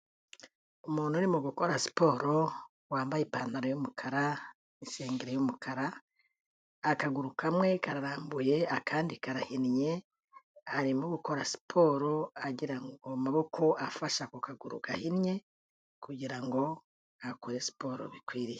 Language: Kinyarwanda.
Umuntu urimo gukora siporo wambaye ipantaro y'umukara n'isengere y'umukara, akaguru kamwe kararambuye akandi karahinnnye, arimo gukora siporo agira ngo amaboko afasha ako kaguru gahinnye kugira ngo akore siporo bikwiriye.